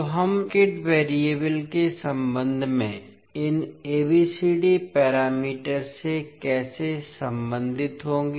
तो हम circuit variable के संबंध में इन ABCD पैरामीटर से कैसे संबंधित होंगे